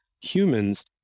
humans